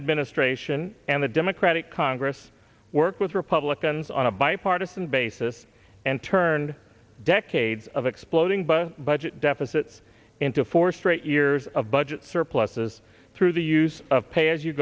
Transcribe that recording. administration and the democratic congress worked with republicans on a bipartisan basis and turned decades of exploding but budget deficits into four straight years of budget surpluses through the use of pay as you